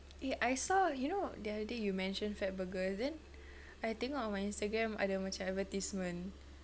eh I saw you know the other day you mentioned fatburger then I tengok on my instagram ada macam advertisement